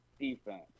defense